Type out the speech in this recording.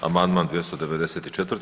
Amandman 294.